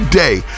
day